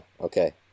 okay